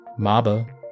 MABA